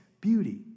beauty